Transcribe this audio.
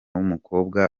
w’umukobwa